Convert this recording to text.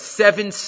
seven